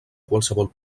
qualsevol